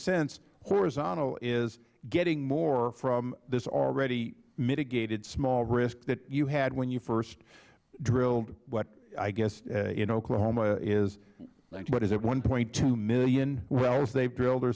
sense horizontal is getting more from this already mitigated small risk that you had when you first drilled what i guess in oklahoma is what is it one point two million wells they've drilled or